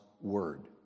word